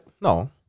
No